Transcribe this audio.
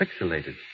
pixelated